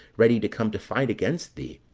ready to come to fight against thee.